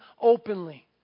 openly